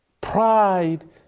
Pride